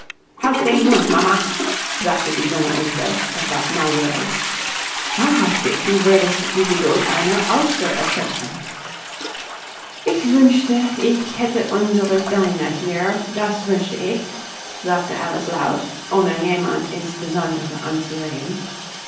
halt den mund mama sagte die junge unke etwas naseweis wahrhaftig du würdest die geduld einer auster erschöpfen ich wünschte ich hätte unsere dinah hier das wünschte ich sagte alice laut ohne jemand insbesondere anzureden